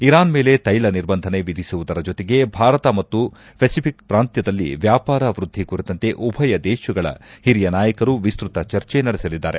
Iran ಮೇಲೆ ತ್ಯೆಲ ನಿರ್ಬಂಧನೆ ವಿಧಿಸುವುದರ ಜೊತೆಗೆ ಭಾರತ ಮತ್ತು ಫೆಸಿಪಿಕ್ ಪ್ರಾಂತ್ವದಲ್ಲಿ ವ್ಯಾಪಾರ ವೃದ್ದಿ ಕುರಿತಂತೆ ಉಭಯ ದೇಶಗಳ ಹಿರಿಯ ನಾಯಕರು ವಿಸ್ತತ ಚರ್ಚೆ ನಡೆಸಲಿದ್ದಾರೆ